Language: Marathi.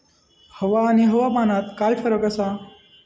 हवा आणि हवामानात काय फरक असा?